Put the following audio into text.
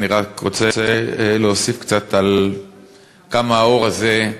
אני רק רוצה להוסיף קצת על כמה האור הזה,